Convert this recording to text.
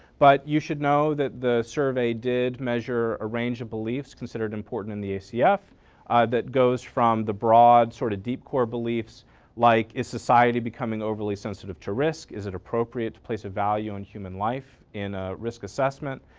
but you should know that the survey did measure a range of beliefs considered important in the acf that goes from the broad sort of deep core beliefs like is society becoming overly sensitive to risks? is it appropriate to place a value on human life in a risk assessment?